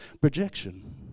projection